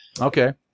Okay